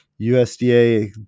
USDA